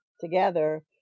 together